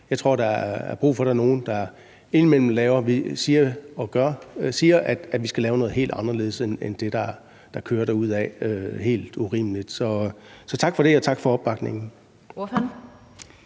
Jeg tror, der er brug for, at der er nogen, der indimellem siger, at vi skal lave noget helt anderledes end det, der kører derudad, og som er helt urimeligt. Så tak for det, og tak for opbakningen.